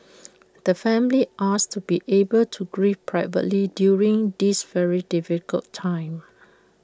the family asks to be able to grieve privately during this very difficult time